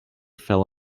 fell